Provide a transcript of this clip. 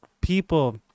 people